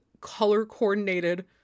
color-coordinated